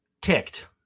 ticked